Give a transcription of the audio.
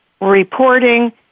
reporting